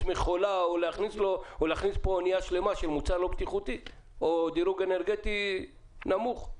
מכולה או אנייה שלמה עם מוצר לא בטיחותי או דירוג אנרגטי נמוך.